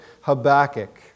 Habakkuk